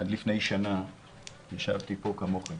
עד לפני שנה ישבתי פה כמוכם